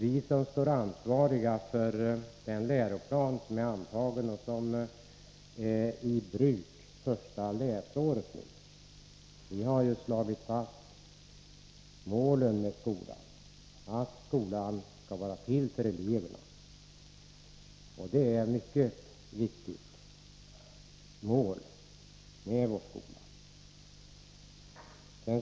Vi som är ansvariga för den läroplan som antagits och som nu tillämpas för första gången har ju slagit fast skolans mål: att skolan skall vara till för eleverna. Det är ett mycket viktigt mål för vår skola.